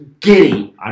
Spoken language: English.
Giddy